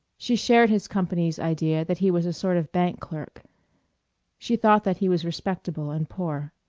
she shared his company's idea that he was a sort of bank clerk she thought that he was respectable and poor.